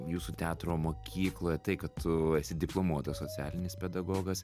jūsų teatro mokykloje tai kad tu esi diplomuotas socialinis pedagogas